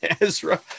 Ezra